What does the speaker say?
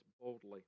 boldly